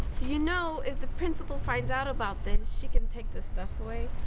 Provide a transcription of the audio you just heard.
you know if the principal finds out about this she can take the stuff away.